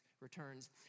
returns